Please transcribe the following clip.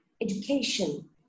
education